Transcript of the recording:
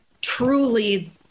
truly